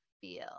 feel